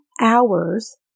hours